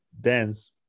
dense